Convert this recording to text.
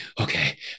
Okay